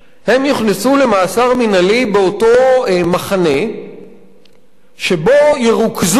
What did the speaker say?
הם יוכנסו למאסר מינהלי באותו מחנה שבו ירוכזו,